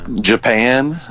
Japan